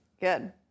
good